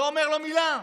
לא אומר לו מילה.